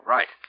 Right